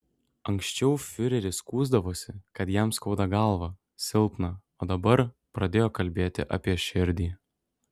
anksčiau fiureris skųsdavosi kad jam skauda galvą silpna o dabar pradėjo kalbėti apie širdį